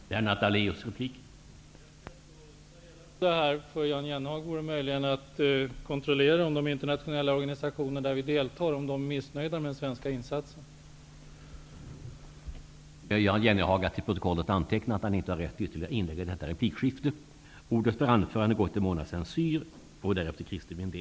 Herr talman! Ett sätt för Jan Jennehag att ta reda på detta vore möjligen att kontrollera om de internationella organisationer som vi deltar i är missnöjda med de svenska insatserna.